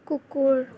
কুকুৰ